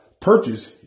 purchase